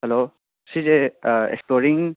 hello ꯁꯤꯁꯦ ꯏꯁꯇꯣꯔꯤꯡ